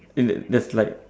is it there's like